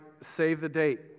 save-the-date